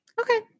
Okay